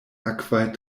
akvaj